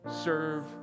serve